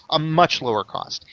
a much lower cost!